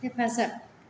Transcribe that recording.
हेफाजाब